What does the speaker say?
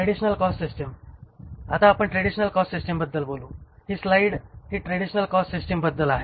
traditional cost system आता आपण traditional cost सिस्टिमबद्दल बोलू ही स्लाइड ही ट्रेडिशनल कॉस्ट सिस्टिम बद्दल आहे